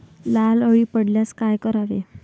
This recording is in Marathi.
लाल अळी पडल्यास काय करावे?